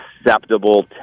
acceptable